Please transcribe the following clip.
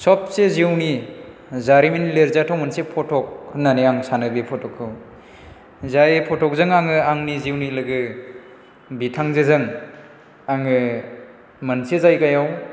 सबसे जिउनि जारिमिन लिरजाथाव मोनसे फटक होननानै आं सानो बे फटकखौ जाय फटकजों आङो आंनि जिउनि लोगो बिथांजोजों आङो मोनसे जायगायाव